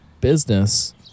business